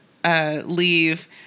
Leave